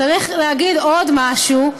צריך להגיד עוד משהו: